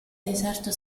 deserto